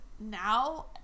now